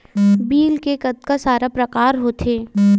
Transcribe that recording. Bill के कतका सारा प्रकार होथे?